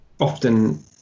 often